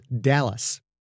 Dallas